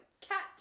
cat